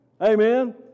Amen